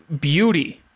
beauty